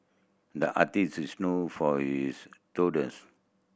the artist is known for his doodles